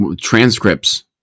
Transcripts